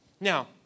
Now